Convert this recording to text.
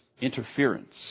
interference